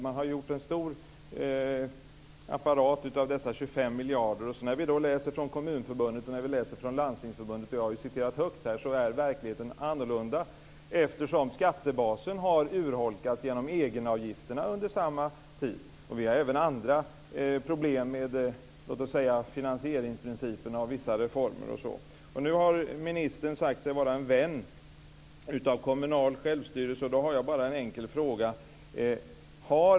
Man har gjort en stor apparat av dessa 25 miljarder. Jag har citerat högt här vad Kommunförbundet och Landstingsförbundet skriver om detta. Verkligheten är annorlunda. Skattebasen har under samma tid urholkats genom egenavgifterna. Vi har även andra problem med finansieringsprincipen för vissa reformer. Nu har ministern sagt sig vara en vän av kommunal självstyrelse. Då har jag en enkel fråga.